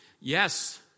Yes